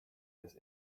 this